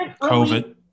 covid